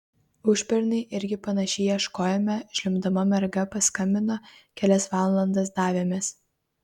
užpernai irgi panašiai ieškojome žliumbdama merga paskambino kelias valandas davėmės